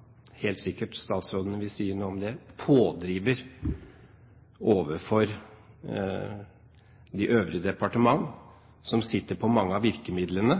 statsråden helt sikkert vil si noe om det – som pådriver overfor de øvrige departement som sitter på mange av virkemidlene